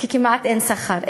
כי כמעט אין שכר,